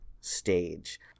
stage